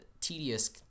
tedious